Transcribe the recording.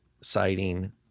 citing